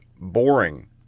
boring